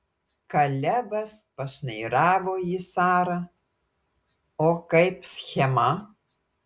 kalebas pašnairavo į sarą o kaip schema